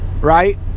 right